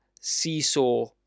seesaw